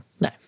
No